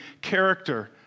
character